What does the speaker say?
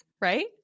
right